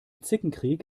zickenkrieg